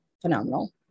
phenomenal